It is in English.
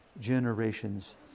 generations